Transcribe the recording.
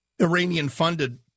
Iranian-funded –